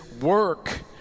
work